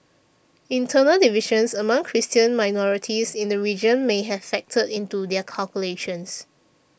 internal divisions among Christian minorities in the region may have factored into their calculations